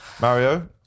Mario